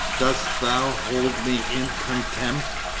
dost thou hold me in contempt?